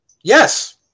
Yes